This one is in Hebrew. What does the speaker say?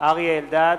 אריה אלדד,